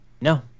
No